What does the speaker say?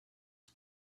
how